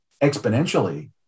exponentially